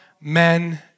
men